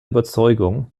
überzeugung